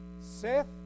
Seth